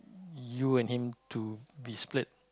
you and him to be split